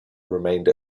remained